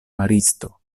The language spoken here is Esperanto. maristo